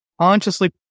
consciously